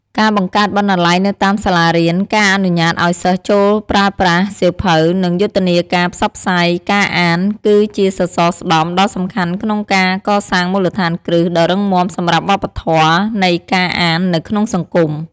ការបង្កើតបណ្ណាល័យនៅតាមសាលារៀន ការអនុញ្ញាតឱ្យសិស្សចូលប្រើប្រាស់សៀវភៅ និងយុទ្ធនាការផ្សព្វផ្សាយការអាន គឺជាសសរស្តម្ភដ៏សំខាន់ក្នុងការកសាងមូលដ្ឋានគ្រឹះដ៏រឹងមាំសម្រាប់វប្បធម៌នៃការអាននៅក្នុងសង្គម។